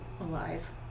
alive